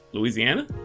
Louisiana